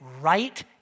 right